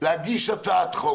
להגיש הצעת חוק,